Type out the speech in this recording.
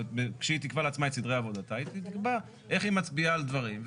כשהיא תקבע לעצמה את סדרי עבודתה היא תקבע איך היא מצביעה על דברים.